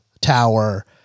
tower